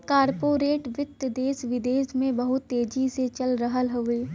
corporate वित्त देस विदेस में बहुत तेजी से चल रहल हउवे